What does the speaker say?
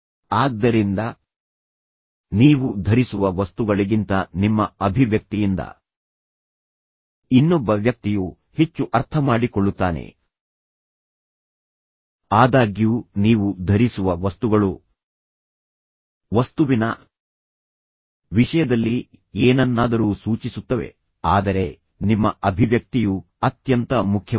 ಆದ್ದರಿಂದ ನೀವು ಧರಿಸುವ ವಸ್ತುಗಳಿಗಿಂತ ನಿಮ್ಮ ಅಭಿವ್ಯಕ್ತಿಯಿಂದ ಇನ್ನೊಬ್ಬ ವ್ಯಕ್ತಿಯು ಹೆಚ್ಚು ಅರ್ಥಮಾಡಿಕೊಳ್ಳುತ್ತಾನೆ ಆದಾಗ್ಯೂ ನೀವು ಧರಿಸುವ ವಸ್ತುಗಳು ವಸ್ತುವಿನ ವಿಷಯದಲ್ಲಿ ಏನನ್ನಾದರೂ ಸೂಚಿಸುತ್ತವೆ ಆದರೆ ನಿಮ್ಮ ಅಭಿವ್ಯಕ್ತಿಯು ಅತ್ಯಂತ ಮುಖ್ಯವಾಗಿದೆ